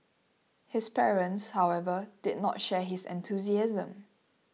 his parents however did not share his enthusiasm